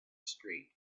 street